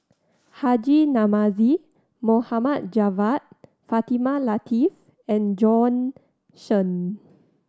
Haji Namazie Mohd Javad Fatimah Lateef and Bjorn Shen